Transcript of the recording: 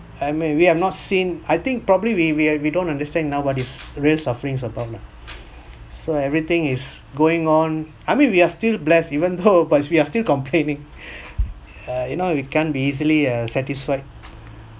and maybe I'm not seen I think probably we we we don't understand now about this real sufferings about lah so everything is going on I mean we are still blessed even though but we are still complaining uh you know we can't be easily uh satisfied